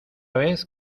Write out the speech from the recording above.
vez